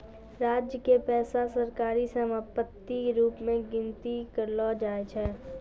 राज्य के पैसा सरकारी सम्पत्ति के रूप मे गनती करलो जाय छै